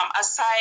aside